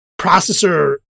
processor